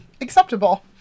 Acceptable